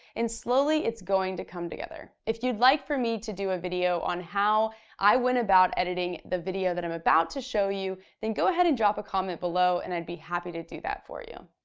and slowly, it's going to come together. if you'd like for me to do a video on how i went about editing the video that i'm about to show you, then go ahead and drop a comment below and i'd be happy to do that for you.